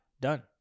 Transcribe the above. Done